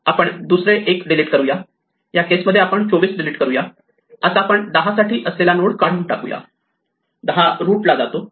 आपण दुसरे एक डिलीट करू या या केस मध्ये आपण 24 डिलीट करू या आता आपण 10 साठी असलेला नोड काढून टाकूया 10 रूट ला जातो